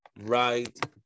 right